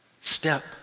Step